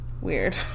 weird